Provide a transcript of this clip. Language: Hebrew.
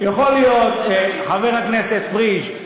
יכול להיות, חבר הכנסת פריג'.